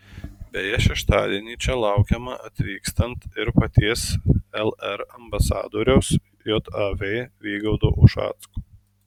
beje šeštadienį čia laukiamą atvykstant ir paties lr ambasadoriaus jav vygaudo ušacko